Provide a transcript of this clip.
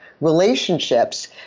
relationships